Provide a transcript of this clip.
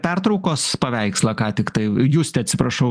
pertraukos paveikslą ką tiktai juste atsiprašau